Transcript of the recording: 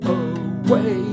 away